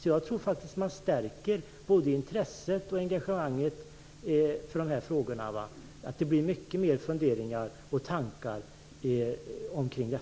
Jag tror att man stärker både intresset och engagemanget för dessa frågor. Det blir mycket mera funderingar och tankar kring dem.